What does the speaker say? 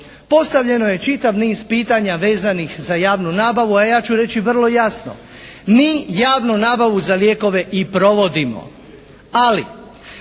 Postavljeno je čitav niz pitanja vezanih za javnu nabavu, a ja ću reći vrlo jasno, mi javnu nabavu za lijekove i provodimo, ali